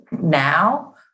now